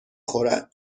خورد